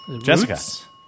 Jessica